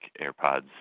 AirPods